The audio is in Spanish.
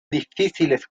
difíciles